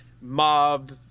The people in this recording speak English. mob